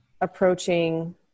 approaching